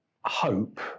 hope